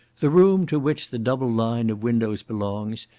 the room to which the double line of windows belongs,